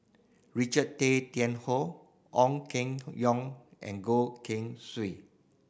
Richard Tay Tian Hoe Ong Keng Yong and Goh Keng Swee